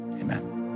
Amen